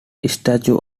statue